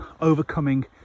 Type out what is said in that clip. overcoming